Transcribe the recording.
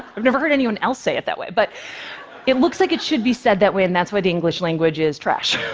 i've never heard anyone else say it that way. but it looks like it should be said that way, and that's why the english language is trash,